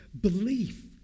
belief